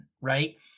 right